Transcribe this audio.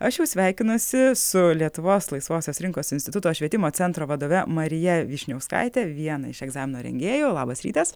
aš jau sveikinuosi su lietuvos laisvosios rinkos instituto švietimo centro vadove marija vyšniauskaite viena iš egzamino rengėjų labas rytas